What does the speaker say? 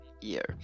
year